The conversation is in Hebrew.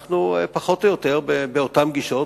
אנחנו פחות או יותר באותן גישות,